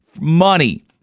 Money